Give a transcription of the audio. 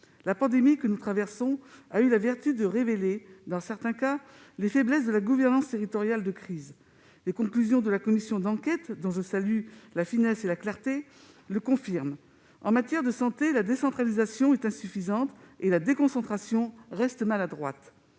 La pandémie que nous traversons a eu la vertu de révéler, dans certains cas, les faiblesses de la gouvernance territoriale de crise. Les conclusions de la commission d'enquête, dont je salue la finesse et la clarté, le confirment : en matière de santé, la décentralisation est insuffisante et la déconcentration reste maladroite.